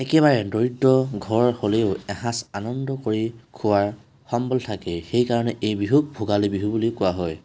একেবাৰে দৰিদ্ৰ ঘৰ হ'লেও এসাঁজ আনন্দকৈ খোৱাৰ সম্বল থাকে সেইকাৰণে এই বিহুক ভোগালী বিহু বুলি কোৱা হয়